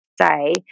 say